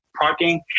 parking